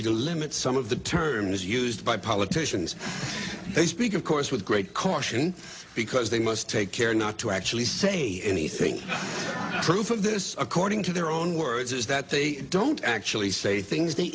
be to limit some of the terms used by politicians they speak of course with great caution because they must take care not to actually say anything proof of this according to their own words is that they don't actually say things they